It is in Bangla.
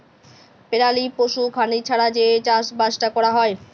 পেরালি পশু খামারি ছাড়া যে চাষবাসট ক্যরা হ্যয়